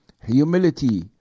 humility